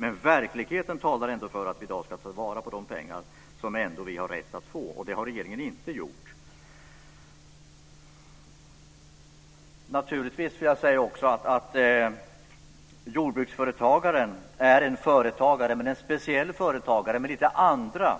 Men verkligheten talar ändå för att vi i dag ska ta vara på de pengar som vi ändå har rätt att få, och det har regeringen inte gjort. Naturligtvis är jordbruksföretagaren en företagare men en speciell företagare med lite andra